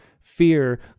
Fear